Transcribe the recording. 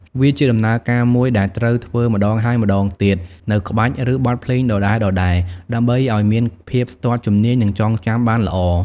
វាជាដំណើរការមួយដែលត្រូវធ្វើម្តងហើយម្តងទៀត នូវក្បាច់ ឬបទភ្លេងដដែលៗ ដើម្បីឱ្យមានភាពស្ទាត់ជំនាញ និងចងចាំបានល្អ។